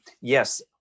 yes